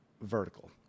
vertical